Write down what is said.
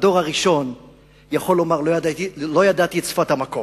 הדור הראשון יכול לומר: לא ידעתי את שפת המקום.